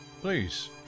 please